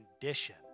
condition